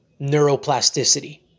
neuroplasticity